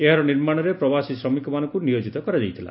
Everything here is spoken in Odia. ଏହାର ନିର୍ମାଣରେ ପ୍ରବାସୀ ଶ୍ରମିକମାନଙ୍କୁ ନିୟୋଜିତ କରାଯାଇଥିଲା